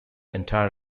entire